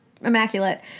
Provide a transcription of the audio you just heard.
immaculate